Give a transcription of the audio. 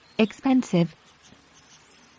Expensive